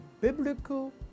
biblical